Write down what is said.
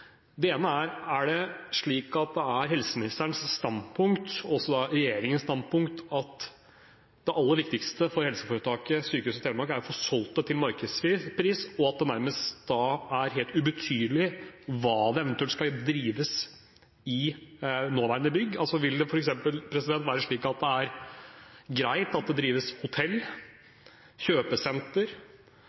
Det ene er: Er det slik at det er helseministerens standpunkt – og også da regjeringens standpunkt – at det aller viktigste for helseforetaket, Sykehuset Telemark, er å få solgt det til markedspris, og at det da nærmest er helt ubetydelig hva som eventuelt skal drives i nåværende bygg? Vil det f.eks. være slik at det er greit at det drives hotell, kjøpesenter